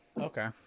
Okay